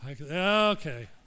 okay